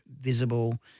visible